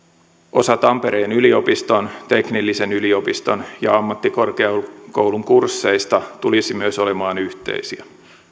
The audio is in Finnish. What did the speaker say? osa tampereen yliopiston teknillisen yliopiston ja ammattikorkeakoulun kursseista tulisi myös olemaan yhteisiä